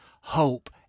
hope